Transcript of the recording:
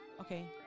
okay